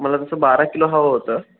मला तसं बारा किलो हवं होतं